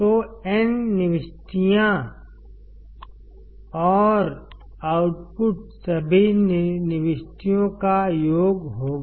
तो n निविष्टियाँ और आउटपुट सभी निविष्टियों का योग होगा